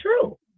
true